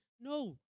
No